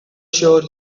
sure